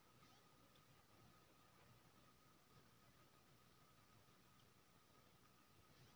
Biofloc मछलीपालन लेल कतय स प्रशिक्षण मिलत आ सरकारी सहायता केना मिलत बताबू?